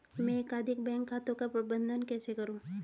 मैं एकाधिक बैंक खातों का प्रबंधन कैसे करूँ?